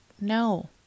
No